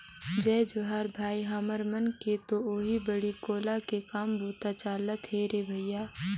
जय जोहार भाई, हमर मन के तो ओहीं बाड़ी कोला के काम बूता चलत हे रे भइया